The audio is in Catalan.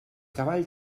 cavall